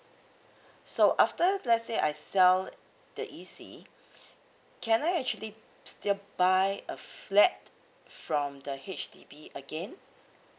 so after let's say I sell the E_C can I actually still buy a flat from the H_D_B again